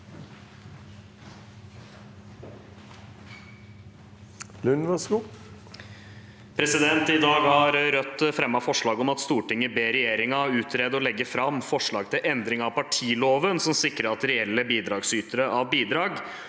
I dag har Rødt fremmet forslag om at Stortinget ber regjeringen utrede og legge fram forslag til endring av partiloven som sikrer at reelle bidragsytere av bidrag